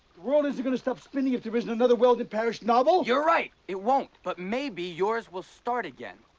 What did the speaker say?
world isn't gonna stop spinning if there isn't another weldon parish novel. you are right, it won't. but maybe yours will start again.